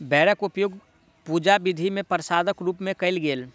बेरक उपयोग पूजा विधि मे प्रसादक रूप मे कयल गेल